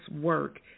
work